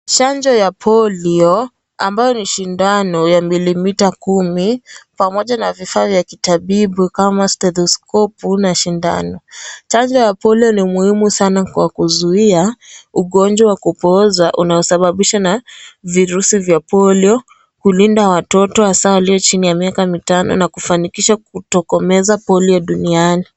Chanjo ya Polio, ambao ni sindano ya milimita kumi, pamoja na vifaa vya kitabibu kama stetiskopu na sindano. Chanjo ya Polio ni muhimu sana kwa kuzuia ugonjwa wa kupoozwa unaosababishwa na virusi vya Polio, kulinda watoto hawa walio chini ya miaka mitano na kufanikisha kukomesha Polio duniani.